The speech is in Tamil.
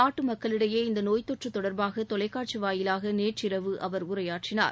நாட்டு மக்களிடையே இந்த நோய் தொற்று தொடர்பாக தொலைக்காட்சி வாயிலாக நேற்றிரவு அவர் உரையாற்றினார்